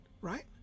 Right